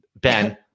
Ben